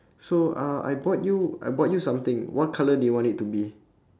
so uh I bought you I bought you something what colour do you want it to be